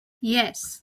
yes